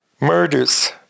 Murders